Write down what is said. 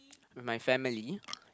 with my family